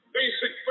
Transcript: basic